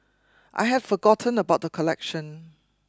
I had forgotten about the collection